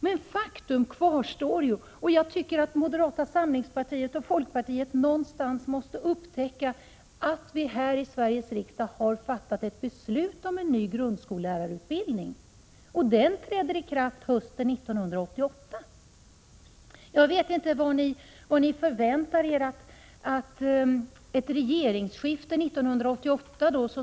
Men faktum kvarstår ju, och jag tycker att moderata samlingspartiet och folkpartiet någonstans måste upptäcka att vi här i Sveriges riksdag har fattat ett beslut om en ny grundskollärarutbildning som träder i kraft hösten 1988. Jag vet inte vad ni förväntar er av ett regeringsskifte 1988.